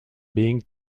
being